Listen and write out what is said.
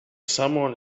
someone